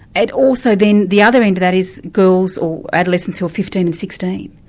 and also then the other end of that is girls or adolescents who are fifteen and sixteen,